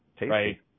right